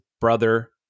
brother